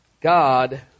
God